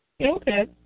Okay